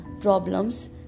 problems